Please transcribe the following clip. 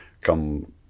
come